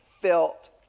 felt